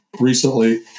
recently